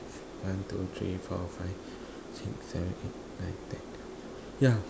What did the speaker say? one two three four five six seven eight nine ten eleven twelve yeah